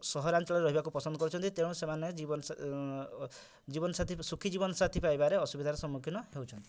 ସହରାଞ୍ଚଳ ରେ ରହିବାକୁ ପସନ୍ଦ କରୁଛନ୍ତି ତେଣୁ ସେମାନେ ଜୀବନ ଜୀବନ ସାଥି ସୁଖୀ ଜୀବନ ସାଥି ପାଇବାରେ ଅସୁବିଧା ର ସମ୍ମୁଖୀନ ହେଉଛନ୍ତି